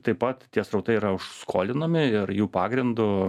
taip pat tie srautai yra skolinami ir jų pagrindu